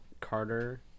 Carter